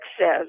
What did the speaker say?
says